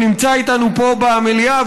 שנמצא איתנו פה במליאה,